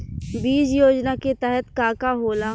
बीज योजना के तहत का का होला?